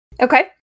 Okay